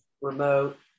remote